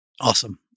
Awesome